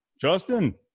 Justin